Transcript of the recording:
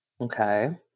Okay